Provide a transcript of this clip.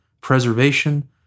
preservation